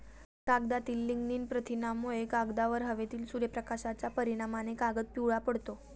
कागदातील लिग्निन प्रथिनांमुळे, कागदावर हवेतील सूर्यप्रकाशाच्या परिणामाने कागद पिवळा पडतो